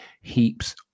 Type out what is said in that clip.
heaps